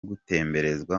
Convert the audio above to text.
gutemberezwa